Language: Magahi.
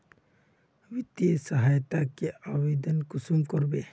वित्तीय सहायता के आवेदन कुंसम करबे?